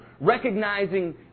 recognizing